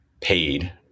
paid